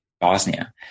Bosnia